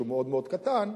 שהוא מאוד מאוד קטן,